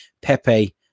Pepe